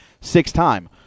six-time